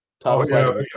Tough